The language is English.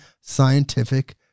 scientific